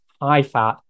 high-fat